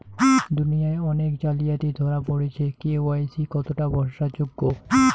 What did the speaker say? দুনিয়ায় অনেক জালিয়াতি ধরা পরেছে কে.ওয়াই.সি কতোটা ভরসা যোগ্য?